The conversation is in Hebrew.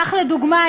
לדוגמה,